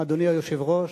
אדוני היושב-ראש,